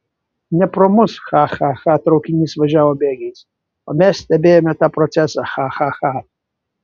ne pro mus cha cha cha traukinys važiavo bėgiais o mes stebėjome tą procesą cha cha cha